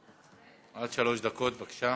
עד שלוש דקות, בבקשה.